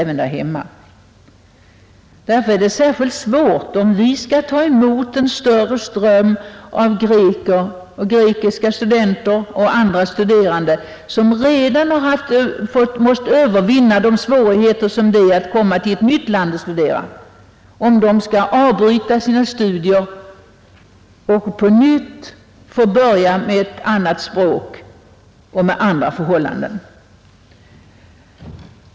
Det är därför förenat med särskilt stora svårigheter att låta en större ström av grekiska universitetsstuderande och andra studerande, komma till oss än till andra länder, eftersom vederbörande ofta tvingas avbryta sina studier i ett annat land och på nytt får börja anpassa sig till ett främmande språk och ändrade förhållanden.